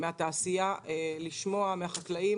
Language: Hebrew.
מן התעשייה, לשמוע מן החקלאים.